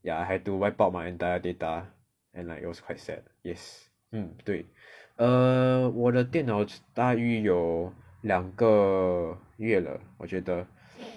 ya I had to wipe out my entire data and like it was quite sad yes mm 对 err 我的电脑大约有两个月了我觉得